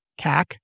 CAC